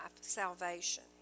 salvation